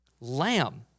lamb